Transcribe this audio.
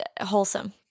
wholesome